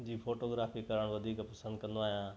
जी photography करण वधीक पसंदि कंदो आहियां